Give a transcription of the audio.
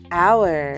hour